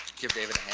give david a hand.